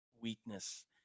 weakness